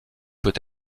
peut